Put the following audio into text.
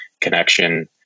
connection